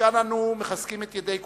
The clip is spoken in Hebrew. מכאן אנו מחזקים את ידי כולכם,